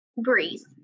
breeze